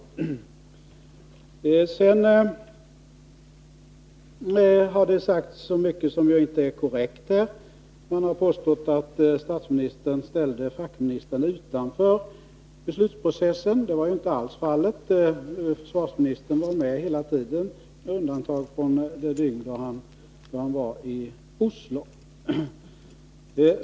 Sedan har det sagts så mycket som inte är korrekt. Man har påstått att statsministern ställde fackministern utanför beslutsprocessen. Det var inte alls fallet. Försvarsministern var med hela tiden med undantag för det dygn då han var i Oslo.